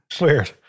Weird